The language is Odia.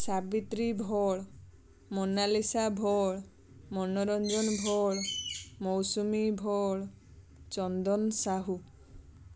ସାବିତ୍ରୀ ଭୋଳ ମୋନାଲିସା ଭୋଳ ମନୋରଞ୍ଜନ ଭୋଳ ମୌସୁମୀ ଭୋଳ ଚନ୍ଦନ ସାହୁ